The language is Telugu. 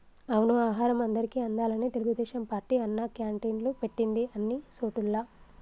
అవును ఆహారం అందరికి అందాలని తెలుగుదేశం పార్టీ అన్నా క్యాంటీన్లు పెట్టింది అన్ని సోటుల్లా